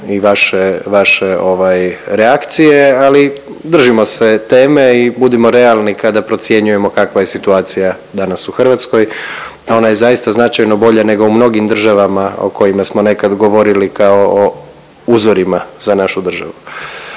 ovaj reakcije ali držimo se teme i budimo realni kada procjenjujemo kakva je situacija danas u Hrvatskoj, a ona je zaista značajno bolja nego u mnogim državama o kojima smo nekad govorili kao o uzorima za našu državu.